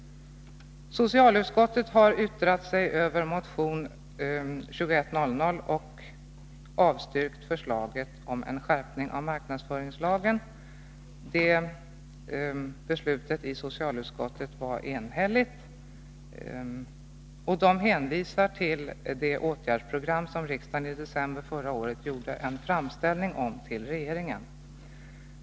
Socialutskottet har yttrat sig över motion 2100 och enhälligt avstyrkt förslaget om en skärpning av marknadsföringslagen. Utskottet hänvisar till det åtgärdsprogram som riksdagen i december förra året gjorde en framställning om till regeringen.